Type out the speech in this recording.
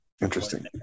Interesting